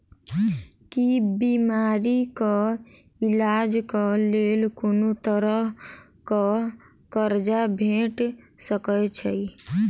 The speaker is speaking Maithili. की बीमारी कऽ इलाज कऽ लेल कोनो तरह कऽ कर्जा भेट सकय छई?